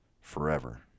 forever